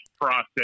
process